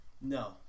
No